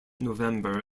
november